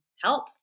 help